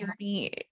journey